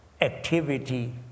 activity